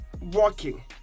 walking